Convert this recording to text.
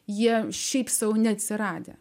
jie šiaip sau neatsiradę